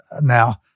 Now